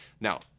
now